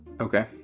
Okay